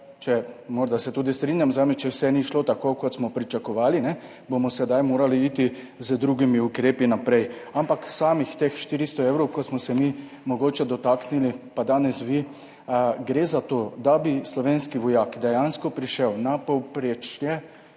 morda se tudi strinjam z vami, če ni šlo vse tako, kot smo pričakovali, bomo sedaj morali iti naprej z drugimi ukrepi. Ampak glede teh 400 evrov, kot smo se mi mogoče dotaknili, pa danes vi, gre za to, da bi slovenski vojak dejansko prišel na povprečje